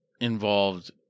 involved